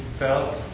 felt